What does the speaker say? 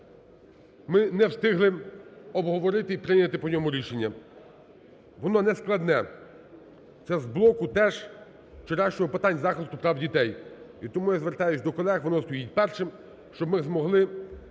ми не встигли обговорити і прийняти по ньому рішення. Воно не складне, це з блоку теж вчорашнього питань захисту прав дітей. І тому я звертаюсь до колег, воно стоїть першим, щоб ми змоги